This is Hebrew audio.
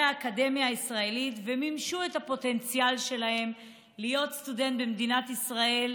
האקדמיה הישראלית ומימשו את הפוטנציאל שלהם להיות סטודנט במדינת ישראל.